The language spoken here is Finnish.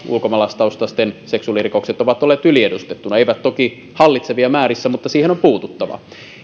ulkomaalaistaustaisten seksuaalirikokset ovat olleet yliedustettuina eivät toki hallitsevissa määrin mutta siihen on puututtava